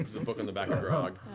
the book on the back of grog.